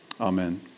Amen